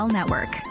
Network